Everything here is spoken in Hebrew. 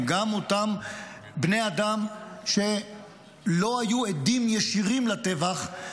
גם אותם בני אדם שלא היו עדים ישירים לטבח,